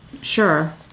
Sure